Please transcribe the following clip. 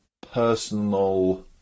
personal